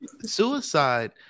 Suicide